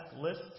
list